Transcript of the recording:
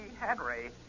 Henry